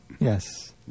Yes